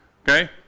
Okay